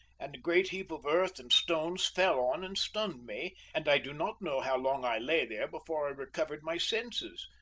and a great heap of earth and stones fell on and stunned me, and i do not know how long i lay there before i recovered my senses.